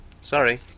Sorry